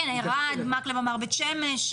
ערד, מקלב אמר בית שמש.